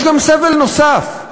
יש גם סבל נוסף,